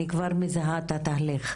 אני כבר מזהה את התהליך,